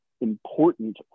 important